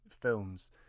films